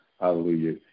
hallelujah